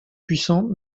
puissant